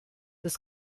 des